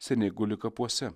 seniai guli kapuose